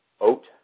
oat